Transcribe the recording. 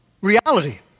reality